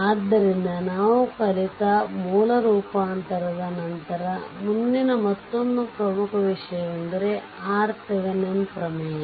ಆದ್ದರಿಂದ ನಾವು ಕಲಿತ ಮೂಲ ರೂಪಾಂತರದ ನಂತರ ಮುಂದಿನ ಮತ್ತೊಂದು ಪ್ರಮುಖ ವಿಷಯವೆಂದರೆ RThevenin's ಪ್ರಮೇಯ